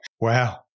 Wow